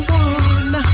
one